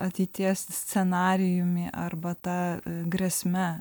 ateities scenarijumi arba ta grėsme